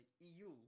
EU